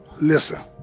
listen